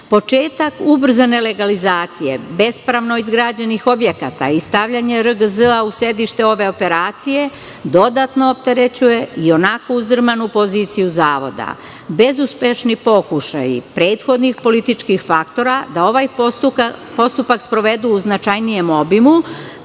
Početak ubrzane legalizacije bespravno izgrađenih objekata i stavljanje RGZ u sedište ove operacije dodatno opterećuje i onako uzdrmanu poziciju zavoda. Bezuspešni pokušaji prethodnih političkih faktora da ovaj postupak sprovedu u značajnijem obimu,